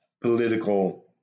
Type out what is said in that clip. political